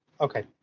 Okay